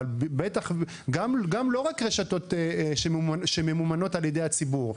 גם לא רק רשתות שממומנות על ידי הציבור,